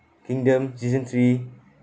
kingdom season three